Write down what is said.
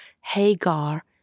hagar